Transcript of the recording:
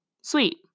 sweet